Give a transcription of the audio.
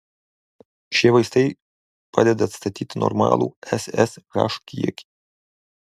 šie vaistai padeda atstatyti normalų ssh kiekį